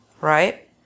right